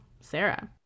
Sarah